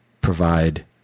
provide